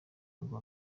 ngo